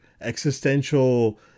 existential